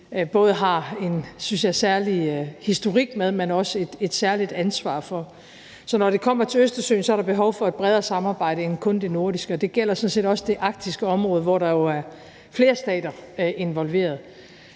både har en særlig historik med, men også et særligt ansvar for. Så når det kommer til Østersøen, er der behov for et bredere samarbejde end kun det nordiske. Og det gælder sådan set også det arktiske område, hvor der jo er flere stater involveret.